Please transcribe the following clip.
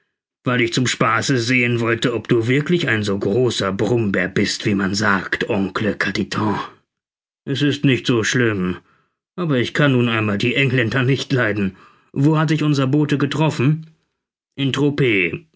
weil ich zum spasse sehen wollte ob du wirklich ein so großer brummbär bist wie man sagt oncle carditon es ist nicht so schlimm aber ich kann nun einmal die engländer nicht leiden wo hat dich unser bote getroffen in tropez